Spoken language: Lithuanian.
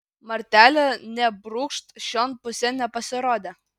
martelė nė brūkšt šion pusėn nepasirodė